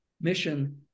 mission